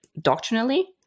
doctrinally